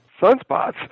sunspots